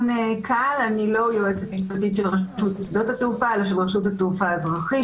אני לא יועצת משפטית של רשות שדות התעופה אלא של רשות התעופה האזרחית,